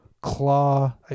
claw